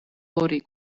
ორი